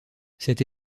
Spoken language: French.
cette